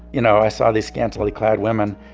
you know, i saw these scantily clad women,